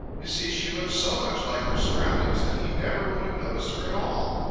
you see she looked so much like her surroundings that he never would have noticed her at all.